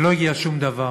ולא הגיע שום דבר.